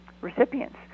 recipients